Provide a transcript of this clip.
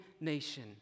nation